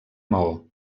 maó